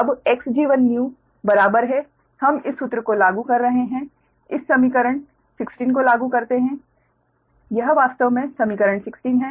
अब Xg1new बराबर है हम इस सूत्र को लागू कर रहे हैं इस समीकरण 16 को लागू करते है यह वास्तव में समीकरण 16 है